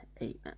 eight